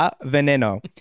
Veneno